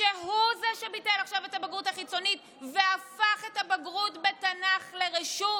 כשהוא שביטל עכשיו את הבגרות החיצונית והפך את הבגרות בתנ"ך לרשות.